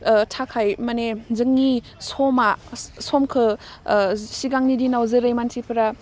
ओह थाखाय मानि जोंनि समा समखौ ओह सिगांनि दिनाव जेरै मानसिफोरा